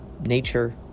nature